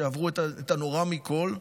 שעברו את הנורא מכול,